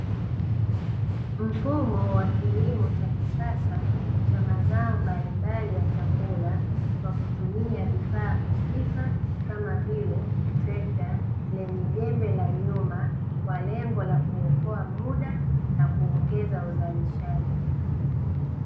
Mfumo wa kilimo cha kisasa cha mazao mbalimbali ya chakula kwa kutumia vifaa husika kama vile trekta lenye nyembe la nyuma kwa lengo la kuokoa muda na kuongeza uzalisahji.